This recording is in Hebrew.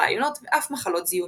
רעיונות ואף מחלות זיהומיות.